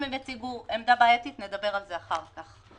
אם הם יציגו עמדה בעייתית, נדבר על זה אחר כך.